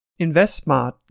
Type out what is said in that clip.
InvestSmart